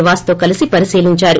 నివాస్ తో కలసి పరిశీలించారు